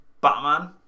Batman